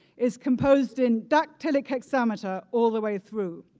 is composed in dactylic hexameter all the way through.